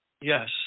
yes